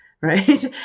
right